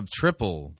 triple